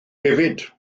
hefyd